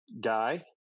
guy